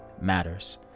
matters